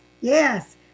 Yes